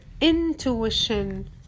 intuition